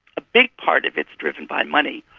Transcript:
a big part of it's driven by money.